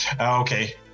Okay